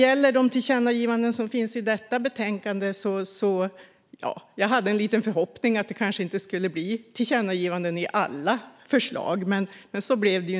Jag hade hoppats att det inte skulle bli tillkännagivanden i alla förslag. Men det blev det.